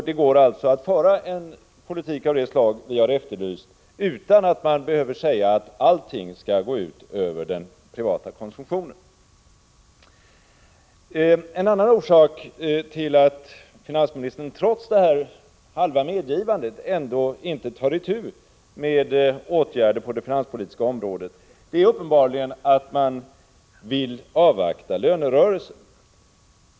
Det går alltså att föra en politik av det slag som vi har efterlyst utan att man behöver säga att allting går ut över den privata konsumtionen. En annan orsak till att finansministern trots detta halva medgivande ändå inte tar itu med åtgärder på det finanspolitiska området är uppenbarligen att han vill avvakta lönerörelsen.